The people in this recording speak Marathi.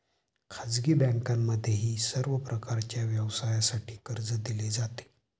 खाजगी बँकांमध्येही सर्व प्रकारच्या व्यवसायासाठी कर्ज दिले जाते